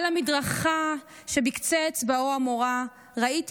/ על המדרכה שבקצה אצבעו המורה / ראיתי